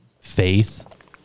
faith